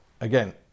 again